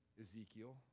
Ezekiel